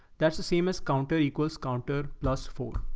that's the same as counter equals counter plus four.